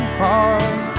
heart